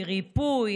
"ריפוי",